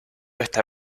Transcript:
esta